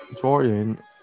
Jordan